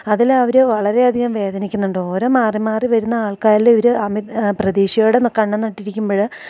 അതിൽ അവർ വളരെയധികം വേദനിക്കുന്നുണ്ടോരോ മാറി മാറി വരുന്ന ആൾക്കാരിൽ ഇവർ അമിത് പ്രതീക്ഷയോടെ കണ്ണ് നട്ടിരിക്കുമ്പോൾ